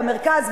במרכז,